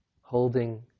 holding